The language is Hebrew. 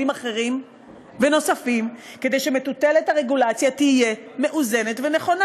אחרים ונוספים כדי שמטוטלת הרגולציה תהיה מאוזנת ונכונה.